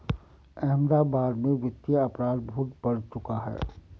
अहमदाबाद में वित्तीय अपराध बहुत बढ़ चुका है